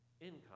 income